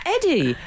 Eddie